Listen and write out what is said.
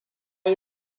yi